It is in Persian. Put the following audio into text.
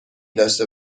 داشته